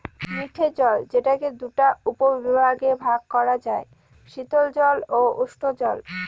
মিঠে জল যেটাকে দুটা উপবিভাগে ভাগ করা যায়, শীতল জল ও উষ্ঞজল